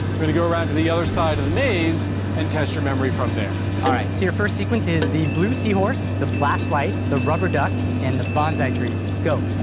we're gonna go around to the other side of the maze and test your memory from there. all right. so your first sequence is the blue seahorse, the flashlight, the rubber duck and the bonsai tree, go.